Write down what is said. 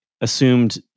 assumed